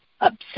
upset